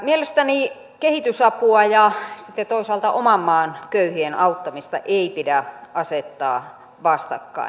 mielestäni kehitysapua ja toisaalta oman maan köyhien auttamista ei pidä asettaa vastakkain